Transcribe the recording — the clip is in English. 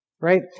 Right